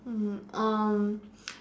mm um